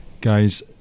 guys